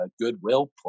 Goodwill